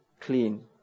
clean